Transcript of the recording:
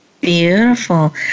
Beautiful